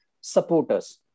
supporters